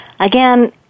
Again